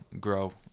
grow